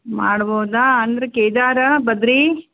ಮಾಡ್ಬಹುದಾ ಅಂದ್ರೆ ಕೇದಾರ ಬದರೀ